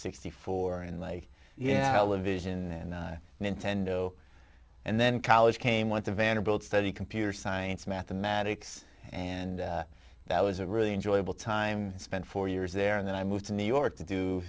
sixty four and like yeah live asian and i intend to and then college came went to vanderbilt study computer science mathematics and that was a really enjoyable time spent four years there and then i moved to new york to do